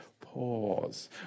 Pause